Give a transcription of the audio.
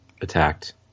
attacked